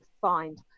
find